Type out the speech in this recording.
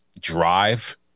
drive